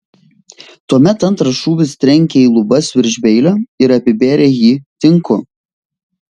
tuomet antras šūvis trenkė į lubas virš beilio ir apibėrė jį tinku